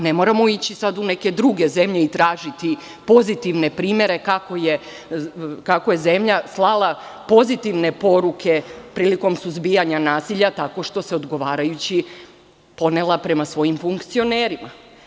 Ne moramo ići sada u neke druge zemlje i tražiti pozitivne primere kako je zemlja slala pozitivne poruke prilikom suzbijanja nasilja tako što se odgovarajući ponela prema svojim funkcionerima.